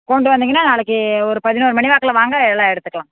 கொண்டு வந்திங்கன்னால் நாளைக்கு ஒரு பதினொரு மணி வாக்கில் வாங்க எல்லாம் எடுத்துக்கலாம்